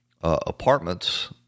apartments